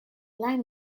line